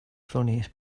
funniest